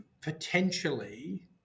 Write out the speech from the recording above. potentially